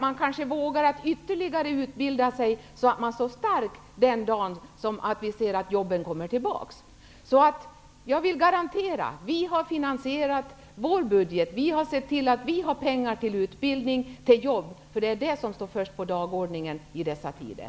Man kanske vågar sig på ytterligare utbildning, så att man står stark den dag vi ser jobben komma tillbaka. Jag garanterar alltså att vi har finansierat vår budget. Vi har sett till att det finns pengar till utbildning och jobb. Det är det som står först på dagordningen i dessa tider.